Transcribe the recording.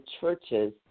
churches